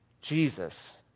Jesus